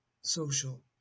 social